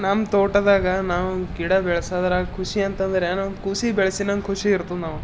ನಮ್ಮ ತೋಟದಾಗ ನಾವು ಗಿಡ ಬೆಳಸೋದ್ರಾಗ ಖುಷಿಯಂತಂದರೆ ನಮ್ಮ ಖುಷಿ ಬೆಳ್ಸೀನನ್ನೊ ಖುಷಿ ಇರ್ತದ ನಾವು